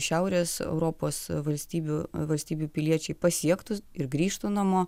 šiaurės europos valstybių valstybių piliečiai pasiektų ir grįžtų namo